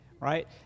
right